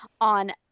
on